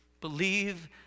believe